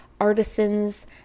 artisans